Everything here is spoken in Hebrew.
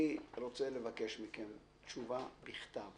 גיא, אני רוצה לבקש מכם תשובה מסודרת בכתב